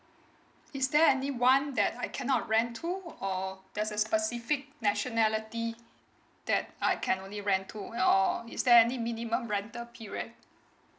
is there any one that I cannot rent to or there's a specific nationality that I can only rent to or or is there any minimum rental period